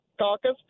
caucus